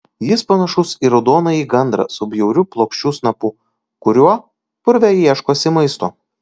jis panašus į raudonąjį gandrą su bjauriu plokščiu snapu kuriuo purve ieškosi maisto